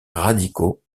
radicaux